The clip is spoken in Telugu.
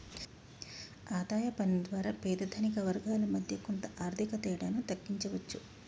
ఆదాయ పన్ను ద్వారా పేద ధనిక వర్గాల మధ్య కొంత ఆర్థిక తేడాను తగ్గించవచ్చు